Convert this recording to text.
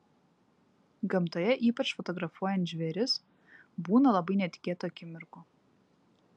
gamtoje ypač fotografuojant žvėris būna labai netikėtų akimirkų